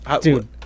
dude